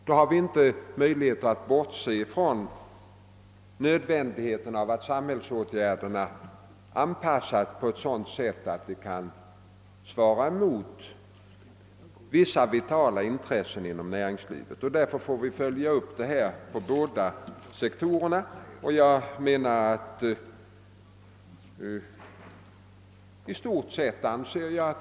Och då kan vi inte bortse från nödvändigheten att samhällsåtgärderna anpassas på sådant sätt att vitala intressen inom näringslivet tillgodoses. Vi måste således följa upp detta arbete på båda sektorerna.